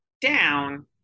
down